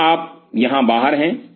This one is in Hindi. तो आप यहां बाहर हैं